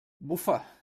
bufa